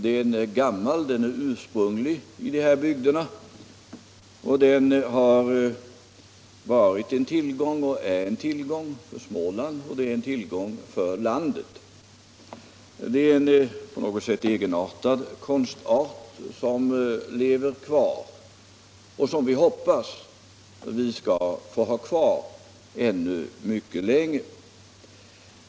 Den är gammal, den är ursprunglig i dessa bygder och den har varit och är en tillgång för Småland och för landet. Den är en på något sätt särpräglad konstart som lever kvar och som vi hoppas skall leva kvar ännu mycket länge.